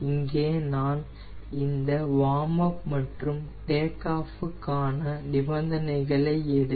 இங்கே நான் இதை வார்ம் அப் மற்றும் டேக் ஆஃபிற்க்கான நிபந்தனைகளை எடுத்து